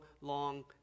long